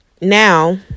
now